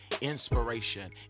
inspiration